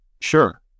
sure